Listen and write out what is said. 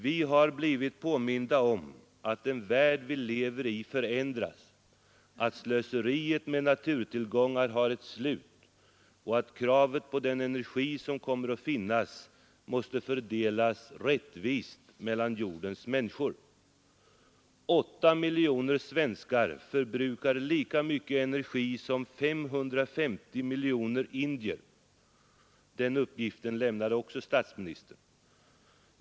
Vi har blivit påminda om att den värld vi lever i förändras, att slöseriet med naturtillgångar har ett slut och att den energi som kommer att finnas måste fördelas rättvist mellan jordens människor. 8 miljoner svenskar förbrukar lika mycket energi som 550 miljoner indier. Den uppgiften lämnade också statsministern.